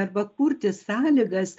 arba kurti sąlygas